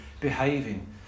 behaving